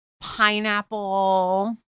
pineapple